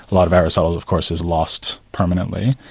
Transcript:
a lot of aristotle of course is lost permanently,